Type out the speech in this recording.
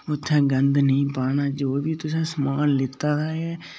उत्थै गंद निं पाना जो बी तुसें समान लेते दा ऐ